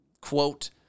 quote